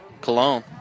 Cologne